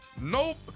Nope